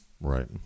Right